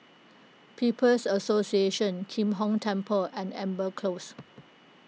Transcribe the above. People's Association Kim Hong Temple and Amber Close